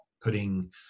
putting